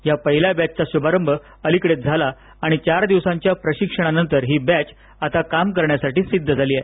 या पहिल्या बॅचचा शुभारंभ अलीकडेच झाला आणि चार दिवसांच्या प्रशिक्षणानंतर हि बॅच काम करण्यासाठी सिद्ध झाली आहे